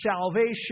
salvation